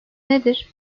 nedir